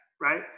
Right